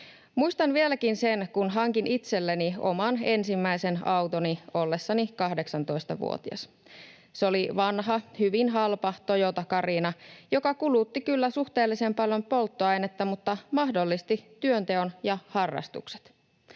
Muistan vieläkin sen, kun hankin itselleni oman ensimmäisen autoni ollessani 18‑vuotias. Se oli vanha, hyvin halpa Toyota Carina, joka kulutti kyllä suhteellisen paljon polttoainetta mutta mahdollisti työnteon ja harrastukset.